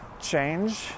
change